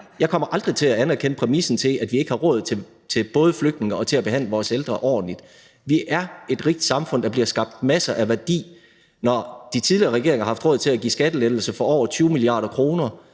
jeg kommer aldrig til at anerkende præmissen om, at vi ikke har råd til både flygtninge og til at behandle vores ældre ordentligt. Vi er et rigt samfund, og der bliver skabt masser af værdi. Når de tidligere regeringer har haft råd til at give skattelettelser for over 20 mia. kr.,